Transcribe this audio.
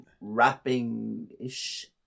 Rapping-ish